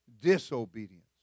disobedience